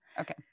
Okay